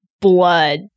blood